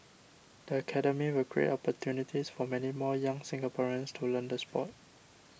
the Academy will create opportunities for many more young Singaporeans to learn the sport